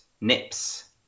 nips